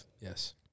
yes